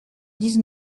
dix